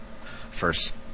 first